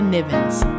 Nivens